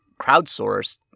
crowdsourced